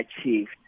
achieved